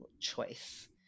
choice